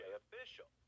official